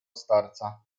starca